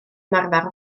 ymarfer